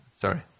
Sorry